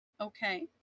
Okay